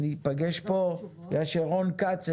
ניפגש פה ב-13:30.